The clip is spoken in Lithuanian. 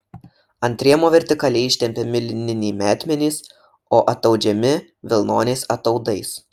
ant rėmo vertikaliai ištempiami lininiai metmenys o ataudžiami vilnoniais ataudais